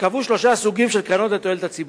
ייקבעו שלושה סוגים של קרנות לתועלת הציבור: